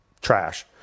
Trash